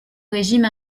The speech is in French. régime